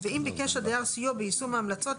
ואם ביקש הדייר סיוע ביישום ההמלצות,